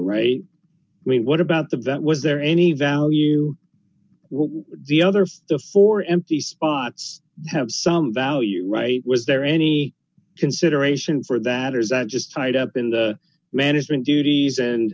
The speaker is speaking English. mean what about the vet was there any value with the other stuff or empty spots have some value right was there any consideration for that or is that just tied up in the management duties and